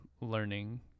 learning